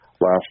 Last